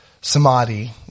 samadhi